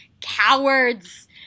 cowards